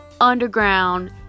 underground